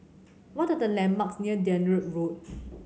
what are the landmarks near Dunearn Road